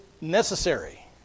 necessary